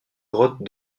grottes